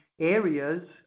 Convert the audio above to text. areas